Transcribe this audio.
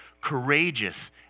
courageous